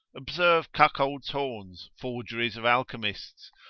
observe cuckolds' horns, forgeries of alchemists,